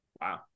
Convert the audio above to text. Wow